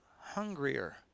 hungrier